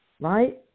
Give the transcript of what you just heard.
right